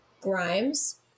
Grimes